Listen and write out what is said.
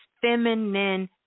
feminine